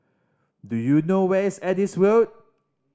do you know where is Adis Road